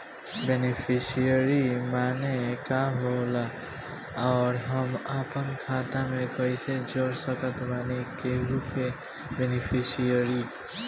Beneficiary माने का होखेला और हम आपन खाता मे कैसे जोड़ सकत बानी केहु के बेनीफिसियरी?